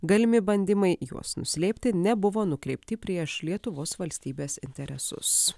galimi bandymai juos nuslėpti nebuvo nukreipti prieš lietuvos valstybės interesus